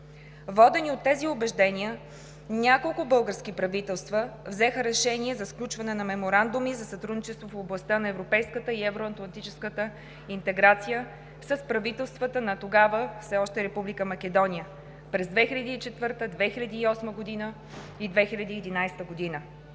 Водени от тези убеждения, няколко български правителства взеха решение за сключване на меморандуми за сътрудничество в областта на европейската и евроатлантическата интеграция с правителствата на тогава все още Република Македония през 2004-а, 2008-а и 2011 г.